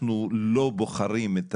אנחנו לא בוחרים את